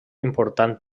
important